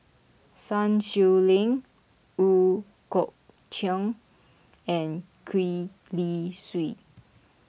Sun Xueling Ooi Kok Chuen and Gwee Li Sui